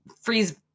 freeze